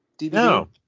No